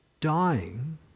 dying